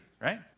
right